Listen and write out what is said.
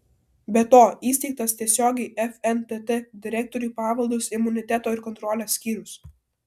be to įsteigtas tiesiogiai fntt direktoriui pavaldus imuniteto ir kontrolės skyrius